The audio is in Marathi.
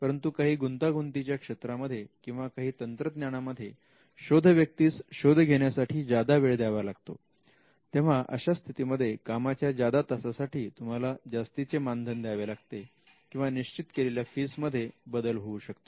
परंतु काही गुंतागुंतीच्या क्षेत्रांमध्ये किंवा काही तंत्रज्ञानामध्ये शोध व्यक्तीस शोध घेण्यासाठी ज्यादा वेळ द्यावा लागतो तेव्हा अशा स्थितीमध्ये कामाच्या जादा तासासाठी तुम्हाला जास्तीचे मानधन द्यावे लागते किंवा निश्चित केलेल्या फीस मध्ये बदल होऊ शकतो